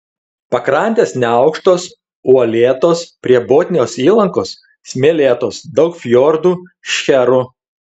pakrantės neaukštos uolėtos prie botnijos įlankos smėlėtos daug fjordų šcherų